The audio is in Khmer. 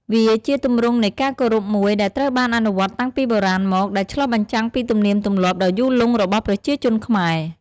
វាជាទម្រង់នៃការគោរពមួយដែលត្រូវបានអនុវត្តតាំងពីបុរាណមក ដែលឆ្លុះបញ្ចាំងពីទំនៀមទម្លាប់ដ៏យូរលង់របស់ប្រជាជនខ្មែរ។